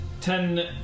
ten